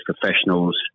professionals